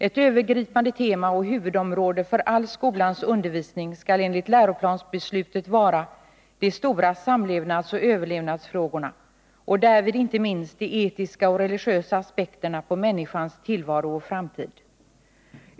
Ett övergripande tema och huvudområde för all skolans undervisning skall enligt läroplansbeslutet vara de stora samlevnadsoch överlevnadsfrågorna, och därvid inte minst de etiska och religiösa aspekterna på människans tillvaro och framtid.